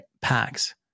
packs